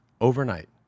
overnight